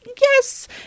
Yes